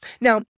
Now